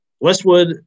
Westwood